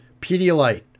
pedialyte